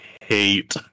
hate